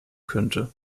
könnte